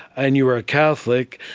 and you were a catholic,